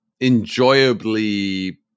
enjoyably